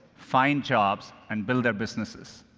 find jobs, and build their businesses.